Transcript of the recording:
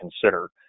consider